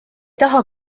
taha